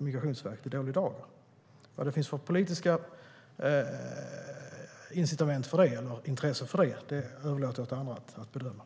Vilka politiska incitament eller intressen som finns bakom det överlåter jag åt andra att bedöma.